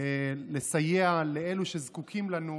לסייע לאלה שזקוקים לנו,